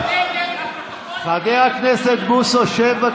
חבר הכנסת בוסו, שב,